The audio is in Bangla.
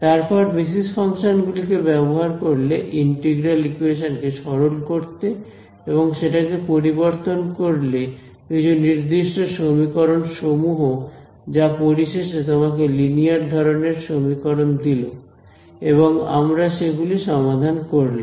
তারপর বেসিস ফাংশন গুলিকে ব্যবহার করলে ইন্টিগ্রাল ইকুয়েশন কে সরল করতে এবং সেটাকে পরিবর্তন করলে কিছু নির্দিষ্ট সমীকরণ সমূহে যা পরিশেষে তোমাকে লিনিয়ার ধরনের সমীকরণ দিল এবং আমরা সেগুলি সমাধান করলাম